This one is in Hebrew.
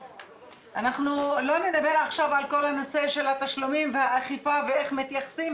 אנחנו לא נדבר עכשיו על כל הנושא של התשלומים והאכיפה ואיך מתייחסים,